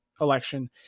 election